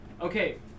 Okay